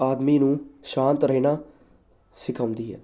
ਆਦਮੀ ਨੂੰ ਸ਼ਾਂਤ ਰਹਿਣਾ ਸਿਖਾਉਂਦੀ ਹੈ